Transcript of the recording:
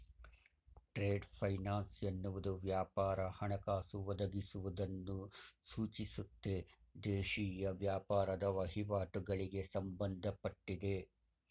trade finance ಎನ್ನುವುದು ವ್ಯಾಪಾರ ಹಣಕಾಸು ಒದಗಿಸುವುದನ್ನು ಸೂಚಿಸುತ್ತೆ ದೇಶೀಯ ವ್ಯಾಪಾರದ ವಹಿವಾಟುಗಳಿಗೆ ಸಂಬಂಧಪಟ್ಟಿದೆ